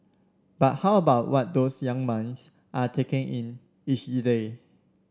but how about what those young minds are taking in each